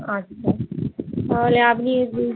আচ্ছা তাহলে আপনি তাহলে